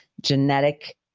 genetic